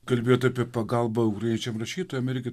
kalbėjot apie pagalbą ukrainiečiam rašytojam irgi